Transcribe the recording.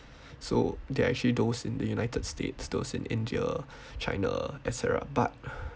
so they're actually those in the United States those in India China etcetera but